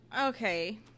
Okay